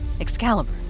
Excalibur